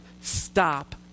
stop